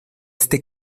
este